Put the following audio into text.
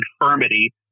infirmity